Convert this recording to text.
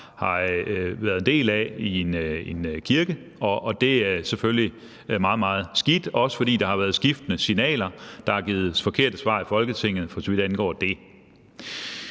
har været en del af i en kirke. Og det er selvfølgelig meget, meget skidt, også fordi der har været skiftende signaler og der er blevet givet forkerte svar i Folketinget, for så vidt angår det.